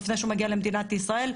לפני שהוא מגיע למדינת ישראל,